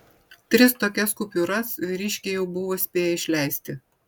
tris tokias kupiūras vyriškiai jau buvo spėję išleisti